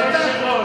אדוני היושב-ראש,